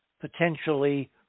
potentially